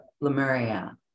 Lemuria